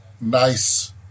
nice